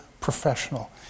professional